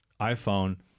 iPhone